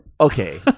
okay